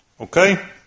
Okay